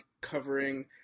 covering